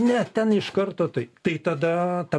ne ten iš karto taip tai tada ta